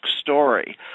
story